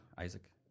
Isaac